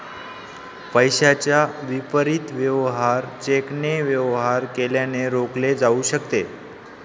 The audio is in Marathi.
पैशाच्या विपरीत वेवहार चेकने वेवहार केल्याने रोखले जाऊ शकते